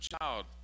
child